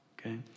Okay